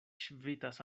ŝvitas